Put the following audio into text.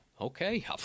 Okay